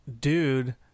dude